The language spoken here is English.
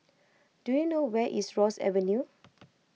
do you know where is Ross Avenue